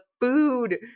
food